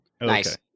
Nice